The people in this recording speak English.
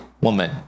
woman